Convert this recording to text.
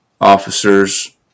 officers